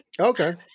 Okay